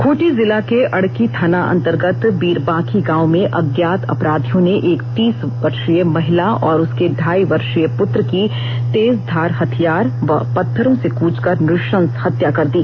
खूंटी जिला के अड़की थाना अंतर्गत बीरबांकी गांव में अज्ञात अपराधियों ने एक तीस वर्षीय महिला और उसके ढाई वर्षीय पुत्र की तेजधार हथियार व पत्थरों से कूचकर नृशंस हत्या कर दी